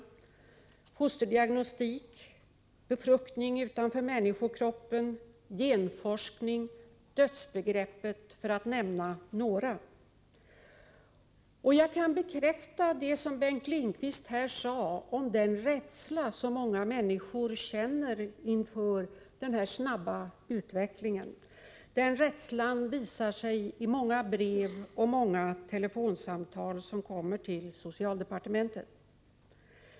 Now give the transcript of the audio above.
Det gäller t.ex. fosterdiagnostik, befruktning utanför människokroppen, genforskning och dödsbegrepp. Jag kan bekräfta vad Bengt Lindqvist här sade om den rädsla som många människor känner inför den snabba utvecklingen. Den rädslan visar sig i många brev och telefonsamtal till socialdepartementet.